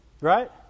Right